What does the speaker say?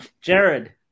Jared